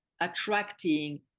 attracting